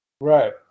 Right